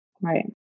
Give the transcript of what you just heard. Right